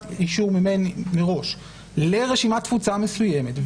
אישור ממני מראש לרשימת תפוצה מסוימת,